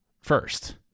first